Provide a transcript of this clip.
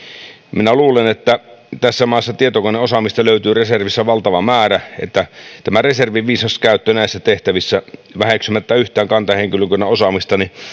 minä luulen että tässä maassa tietokoneosaamista löytyy reservissä valtava määrä eli tämä reservin viisas käyttö näissä tehtävissä väheksymättä yhtään kantahenkilökunnan osaamista